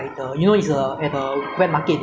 it's like animals will have this kind of virus ah